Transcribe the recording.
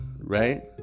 Right